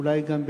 ואולי גם,